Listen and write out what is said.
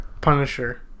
Punisher